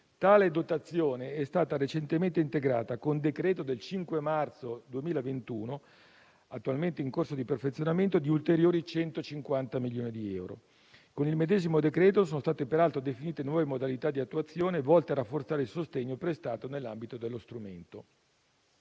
Tale dotazione è stata recentemente integrata, con decreto del 5 marzo 2021, attualmente in corso di perfezionamento, di ulteriori 150 milioni di euro. Con il medesimo decreto sono state peraltro definite nuove modalità di attuazione volte a rafforzare il sostegno prestato nell'ambito dello strumento.